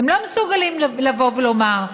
הם לא מסוגלים לבוא ולומר: